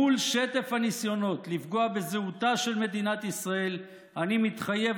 מול שטף הניסיונות לפגוע בזהותה של מדינת ישראל אני מתחייב,